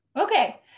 okay